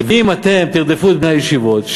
ואם אתם תרדפו את בני הישיבות,